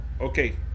Okay